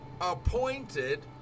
Appointed